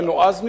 זה נועז מדי?